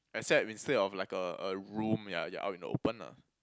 except instead of like a a room yeah you're out in the open lah